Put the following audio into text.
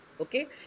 Okay